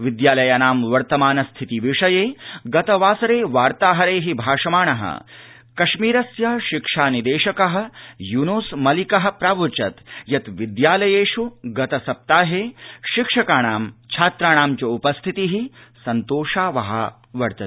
विद्यालयानां वर्तमानस्थिति विषये गतवासरे वार्ताहरैः भाषमाणः कश्मीरस्य शिक्षा निदेशकः यूत्स मलिकः प्रावोचत् यत् विद्यालयेष् गतसप्ताहे शिक्षकाणां छात्राणां च उपस्थितिः सन्तोषावहा अवर्तत